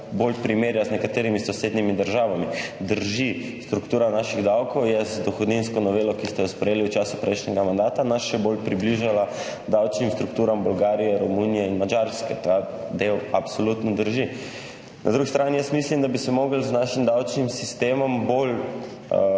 bolj primerja z nekaterimi sosednjimi državami. Drži, struktura naših davkov je z dohodninsko novelo, ki ste jo sprejeli v času prejšnjega mandata, nas še bolj približala davčnim strukturam Bolgarije, Romunije in Madžarske, ta del absolutno drži. Na drugi strani jaz mislim, da bi se morali z našim davčnim sistemom bolj